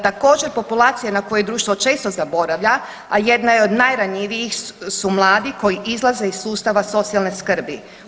Također populacija na koju društvo često zaboravlja, a jedna je od najranjivijih su mladi koji izlaze iz sustava socijalne skrbi.